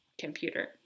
computer